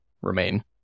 remain